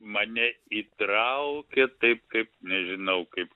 mane įtraukė taip kaip nežinau kaip